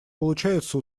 получается